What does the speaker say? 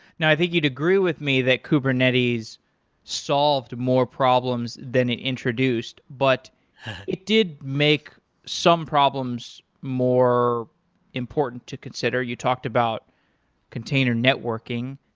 you know i think you'd agree with me that kubernetes solved more problems than it introduced, but it did make some problems more important to consider. you talked about container networking.